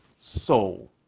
soul